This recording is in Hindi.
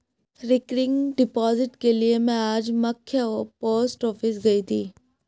रिकरिंग डिपॉजिट के लिए में आज मख्य पोस्ट ऑफिस गयी थी